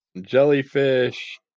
jellyfish